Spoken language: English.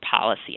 policy